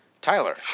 Tyler